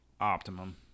optimum